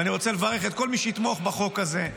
ואני רוצה לברך את כל מי שיתמוך בחוק הזה.